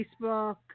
Facebook